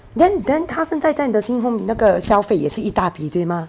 then then 她现在在 nursing home 你那个消费也是一大批对吗